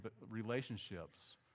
relationships